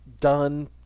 done